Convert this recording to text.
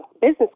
business